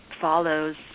follows